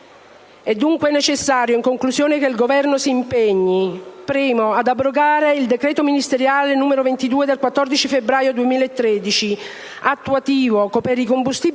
È dunque necessario, in conclusione, che il Governo si impegni ad abrogare il decreto ministeriale n. 22 del 14 febbraio 2013, attuativo, per i combustibili